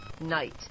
night